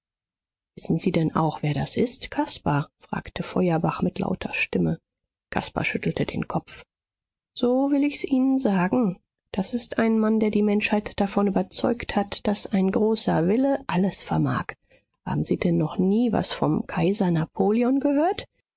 wissen sie denn auch wer das ist caspar fragte feuerbach mit lauter stimme caspar schüttelte den kopf so will ich's ihnen sagen das ist ein mann der die menschheit davon überzeugt hat daß ein großer wille alles vermag haben sie denn noch nie was vom kaiser napoleon gehört